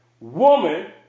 woman